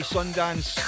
Sundance